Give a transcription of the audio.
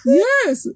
yes